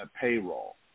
payroll